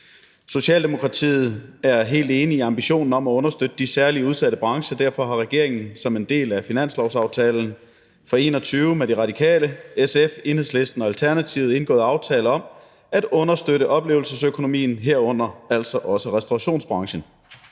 Socialdemokratiet er helt enig i ambitionen om at understøtte de særlig udsatte brancher. Derfor har regeringen som en del af finanslovsaftalen for 2021 med De Radikale, SF, Enhedslisten og Alternativet indgået aftale om at understøtte oplevelsesøkonomien, herunder altså også restaurationsbranchen.